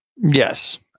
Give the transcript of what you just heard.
Yes